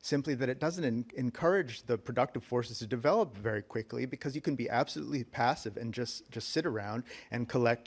simply that it doesn't encourage the productive forces to develop very quickly because you can be absolutely passive and just just sit around and collect